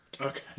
Okay